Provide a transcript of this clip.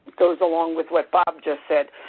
goes along with what bob just said.